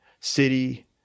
city